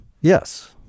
Yes